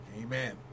Amen